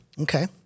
Okay